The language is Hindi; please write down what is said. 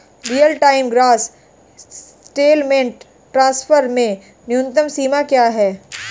Real time gross settlement transfer में न्यूनतम सीमा क्या है?